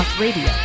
Radio